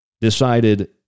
decided